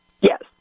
Yes